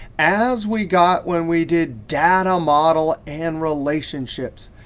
as we got when we did data model and relationships.